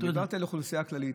דיברתי על האוכלוסייה הכללית,